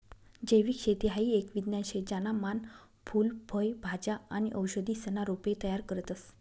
जैविक शेती हाई एक विज्ञान शे ज्याना मान फूल फय भाज्या आणि औषधीसना रोपे तयार करतस